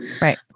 Right